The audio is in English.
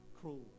cruel